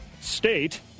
State